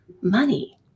money